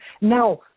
Now